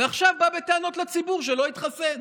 ועכשיו בא בטענות לציבור שלא התחסן?